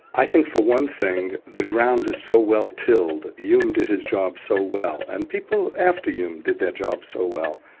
i think for one thing the ground is so well-tilled, yeah hume did his job so well, and people after hume did their job so well,